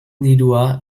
dirua